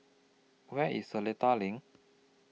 Where IS Seletar LINK